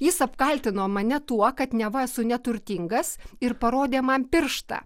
jis apkaltino mane tuo kad neva esu neturtingas ir parodė man pirštą